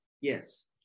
Yes